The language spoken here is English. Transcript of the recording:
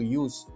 use